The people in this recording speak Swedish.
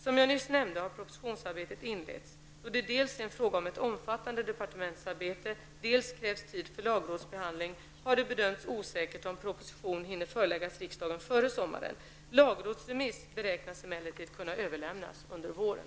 Som jag nyss nämnde har propositionsarbetet inletts. Då det dels är fråga om ett omfattande departementsarbete, dels krävs tid för lagrådsbehandling, har det bedömts osäkert om proposition hinner föreläggas riksdagen före sommaren. Lagrådsremiss beräknas emellertid kunna överlämnas under våren.